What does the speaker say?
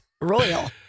Royal